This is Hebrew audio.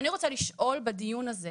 אני רוצה לשאול בדיון הזה,